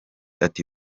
ati